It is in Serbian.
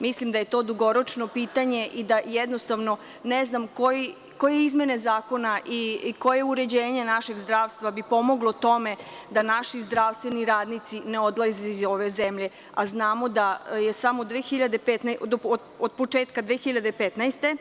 Mislim da je to dugoročno pitanje i da jednostavno ne znam koje izmene zakona i koje uređenje našeg zdravstva bi pomoglo tome da naši zdravstveni radnici ne odlaze iz ove zemlje, a znamo da je samo od početka 2015. godine